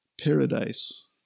paradise